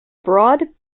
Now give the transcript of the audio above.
broad